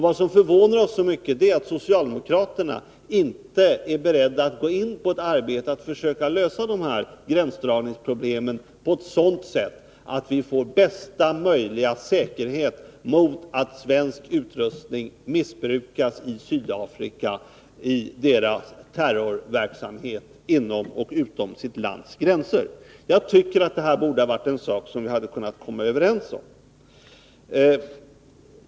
Vad som förvånar oss så mycket är att socialdemokraterna inte är beredda att vara med på ett arbete för att försöka lösa dessa gränsdragningsproblem på ett sådant sätt att vi får bästa möjliga säkerhet mot att svensk utrustning missbrukas av Sydafrika i dess terrorverksamhet inom och utom landets gränser. Jag tycker att detta är en sak som vi borde ha kunnat komma överens om.